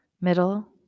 middle